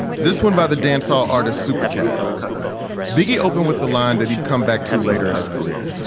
this one by the dancehall artist super cat biggie open with the line that he'd come back to later in his career.